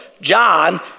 John